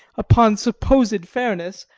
upon supposed fairness,